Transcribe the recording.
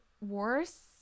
worse